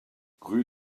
rue